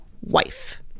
wife